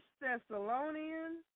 Thessalonians